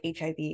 HIV